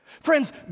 Friends